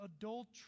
adultery